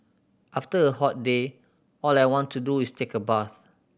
after a hot day all I want to do is take a bath